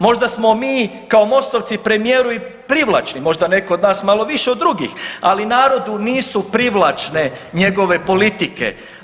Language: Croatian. Možda smo mi kao MOST-ovci premijeru i privlačni, možda netko od nas malo više od drugih, ali narodu nisu privlačne njegove politike.